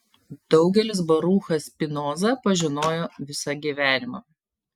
daugelis baruchą spinozą pažinojo visą gyvenimą